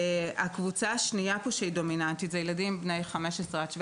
הקבוצה השנייה שהיא דומיננטית זה ילדים בני 15 עד 17,